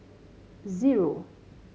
zero